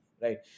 right